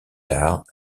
tard